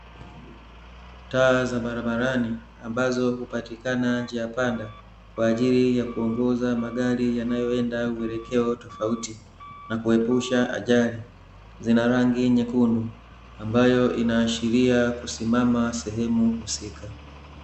Taa za barabarani ambazo hupatikana njia panda, kwaajili ya kuongoza magari yanayoenda uelekeo tofauti, na kuepusha ajali. Zina rangi nyekundu, ambayo inaashiria kusimama sehemu husika.